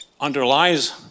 underlies